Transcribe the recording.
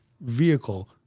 vehicle